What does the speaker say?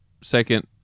second